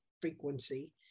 frequency